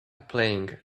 playing